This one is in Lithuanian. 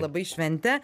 labai švente